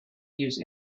use